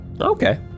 Okay